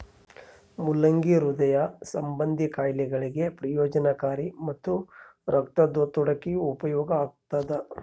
ಮುಲ್ಲಂಗಿ ಹೃದಯ ಸಂಭಂದಿ ಖಾಯಿಲೆಗಳಿಗೆ ಪ್ರಯೋಜನಕಾರಿ ಮತ್ತು ರಕ್ತದೊತ್ತಡಕ್ಕೆಯೂ ಉಪಯೋಗ ಆಗ್ತಾದ